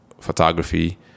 photography